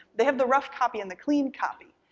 they have the rough copy and the clean copy.